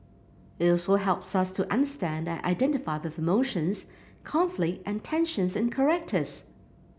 it also helps me to understand and identify with emotions conflict and tensions in characters